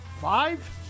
Five